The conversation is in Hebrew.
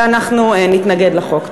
ואנחנו נתנגד לחוק.